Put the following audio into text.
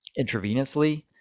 intravenously